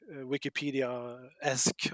Wikipedia-esque